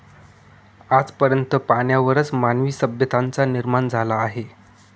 आज पर्यंत पाण्यावरच मानवी सभ्यतांचा निर्माण झाला आहे